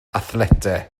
athletau